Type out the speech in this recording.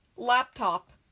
Laptop